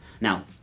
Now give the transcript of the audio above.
Now